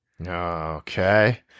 Okay